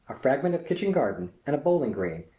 a fragment of kitchen garden and a bowling green,